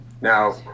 Now